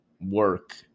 work